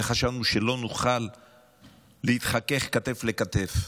וחשבנו שלא נוכל להתחכך כתף לכתף,